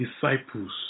disciples